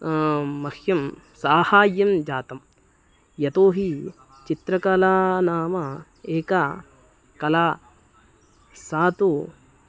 मह्यं साहाय्यं जातं यतोहि चित्रकला नाम एका कला सा तु